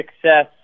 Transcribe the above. success